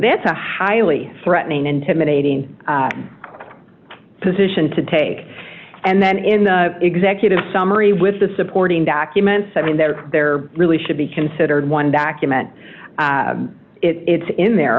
that's a highly threatening intimidating position to take and then in the executive summary with the supporting documents i mean that there really should be considered one document it's in there